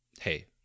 hey